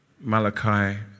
Malachi